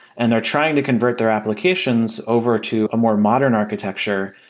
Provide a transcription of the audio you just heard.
and are trying to convert their applications over to a more modern architecture.